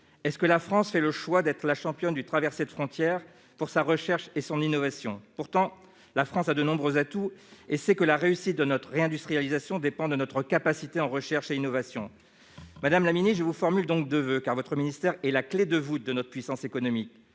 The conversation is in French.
pays ? La France fait-elle le choix d'être la championne de la traversée de frontières pour sa recherche et son innovation ? Pourtant, notre pays a de nombreux atouts, et la réussite de notre réindustrialisation dépend de notre capacité en recherche et en innovation. Madame la ministre, je vous adresse deux voeux, car votre ministère et la clé de voûte de notre puissance économique